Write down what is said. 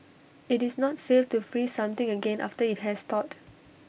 IT is not safe to freeze something again after IT has thawed